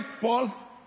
Paul